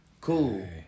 Cool